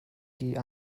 die